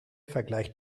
vergleicht